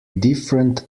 different